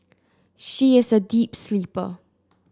she is a deep sleeper